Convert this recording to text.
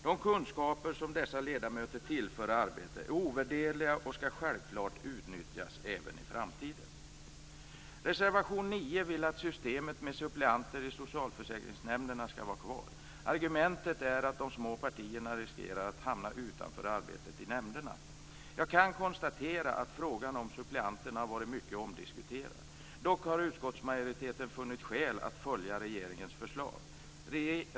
De kunskaper som dessa ledamöter tillför arbetet är ovärderliga och skall självfallet utnyttjas även i framtiden. Reservation 9 vill att systemet med suppleanter i socialförsäkringsnämnderna skall vara kvar. Argumentet är att de små partierna riskerar att hamna utanför arbetet i nämnderna. Jag kan konstatera att frågan om suppleanterna har varit mycket omdiskuterad. Dock har utskottsmajoriteten funnit skäl att följa regeringens förslag.